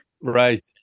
Right